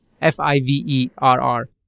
f-i-v-e-r-r